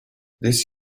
this